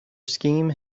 scheme